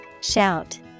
Shout